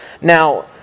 Now